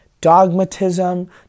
dogmatism